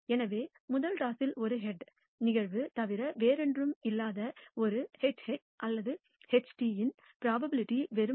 எனவே முதல் டாஸில் ஒரு ஹெட்யின் நிகழ்வு தவிர வேறொன்றுமில்லாத ஒரு HH அல்லது HT இன் ப்ரோபபிலிட்டி வெறுமனே 0